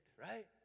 right